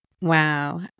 Wow